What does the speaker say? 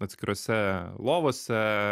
atskirose lovose